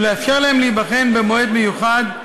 ולאפשר להם להיבחן במועד מיוחד,